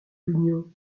l’union